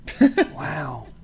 wow